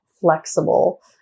flexible